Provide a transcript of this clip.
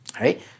right